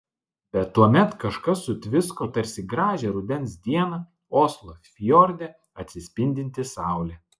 bet tuomet kažkas sutvisko tarsi gražią rudens dieną oslo fjorde atsispindinti saulė